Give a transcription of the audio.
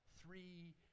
three